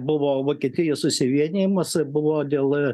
buvo vokietijos susivienijimas buvo dėl